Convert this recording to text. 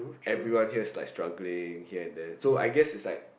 everyone here starts struggling here and there so I guess is like